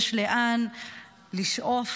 יש לאן לשאוף,